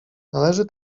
należy